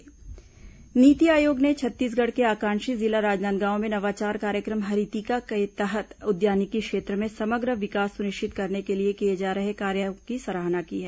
नीति आयोग आकांक्षी जिला नीति आयोग ने छत्तीसगढ़ के आकांक्षी जिला राजनांदगांव में नवाचार कार्यक्रम हरीतिका के तहत उद्यानिकी क्षेत्र में समग्र विकास सुनिश्चित करने के लिए किए जा रहे कार्यों की सराहना की है